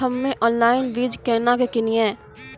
हम्मे ऑनलाइन बीज केना के किनयैय?